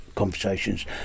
Conversations